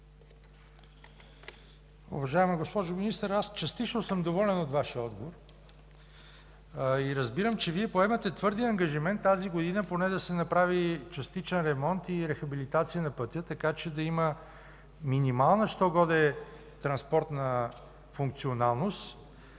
Уважаема госпожо Министър, аз частично съм доволен от Вашия отговор. Разбирам, че Вие поемате твърдия ангажимент тази година да се направи поне частичен ремонт и рехабилитация на пътя, така че да има минимална що-годе транспортна функционалност.